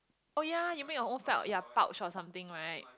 oh ya you make your own felt yeah pouch or something right